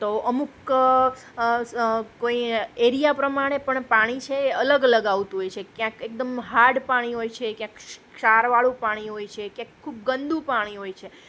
તો અમુક કોઈ એરિયા પ્રમાણે પણ પાણી છે અલગ અલગ આવતું હોય છે ક્યાંક એક દમ હાર્ડ પાણી હોય છે ક્યાંક ક્ષારવાળું પાણી હોય છે ક્યાંક ખૂબ ગંદુ પાણી હોય છે